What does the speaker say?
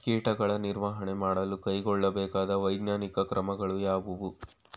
ಕೀಟಗಳ ನಿರ್ವಹಣೆ ಮಾಡಲು ಕೈಗೊಳ್ಳಬೇಕಾದ ವೈಜ್ಞಾನಿಕ ಕ್ರಮಗಳು ಯಾವುವು?